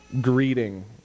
greeting